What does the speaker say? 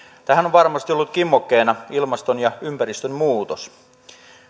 varmasti ollut kimmokkeena ilmaston ja ympäristönmuutos